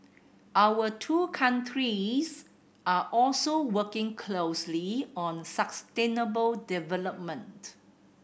our two countries are also working closely on sustainable development